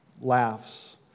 laughs